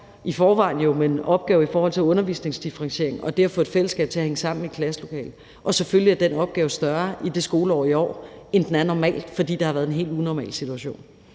i forvejen står med en opgave i forhold til undervisningsdifferentiering og det at få et fællesskab til at hænge sammen i et klasselokale, selvfølgelig får en større opgave i skoleåret i år, end den er normalt, fordi det har været en helt unormal situation.